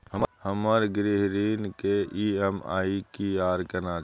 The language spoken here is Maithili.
हमर गृह ऋण के ई.एम.आई की आर केना छै?